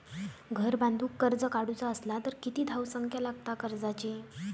घर बांधूक कर्ज काढूचा असला तर किती धावसंख्या लागता कर्जाची?